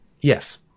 Yes